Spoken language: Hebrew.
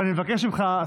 אני מבקש ממך,